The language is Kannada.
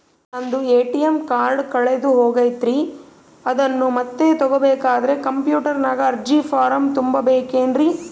ನಂದು ಎ.ಟಿ.ಎಂ ಕಾರ್ಡ್ ಕಳೆದು ಹೋಗೈತ್ರಿ ಅದನ್ನು ಮತ್ತೆ ತಗೋಬೇಕಾದರೆ ಕಂಪ್ಯೂಟರ್ ನಾಗ ಅರ್ಜಿ ಫಾರಂ ತುಂಬಬೇಕನ್ರಿ?